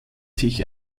sich